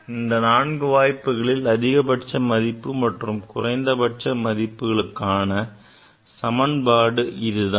அந்த நான்கு வாய்ப்புகளில் அதிகபட்ச மதிப்பு மற்றும் குறைந்தபட்ச மதிப்புகளுக்கான சமன்பாடு இதுதான்